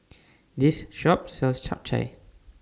This Shop sells Chap Chai